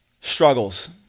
struggles